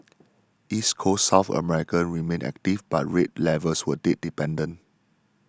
East Coast South America remained active but rate levels were date dependent